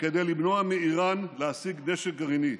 כדי למנוע מאיראן להשיג נשק גרעיני,